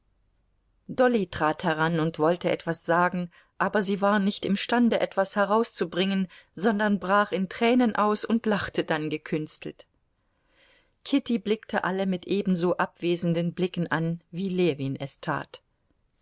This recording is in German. dolly trat heran und wollte etwas sagen aber sie war nicht imstande etwas herauszubringen sondern brach in tränen aus und lachte dann gekünstelt kitty blickte alle mit ebenso abwesenden blicken an wie ljewin es tat